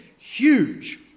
Huge